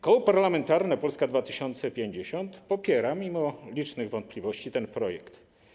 Koło Parlamentarne Polska 2050 popiera, mimo licznych wątpliwości, ten projekt.